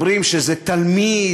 אומרים שזה תלמיד